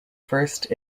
first